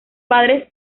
padres